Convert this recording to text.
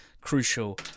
Crucial